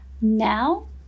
now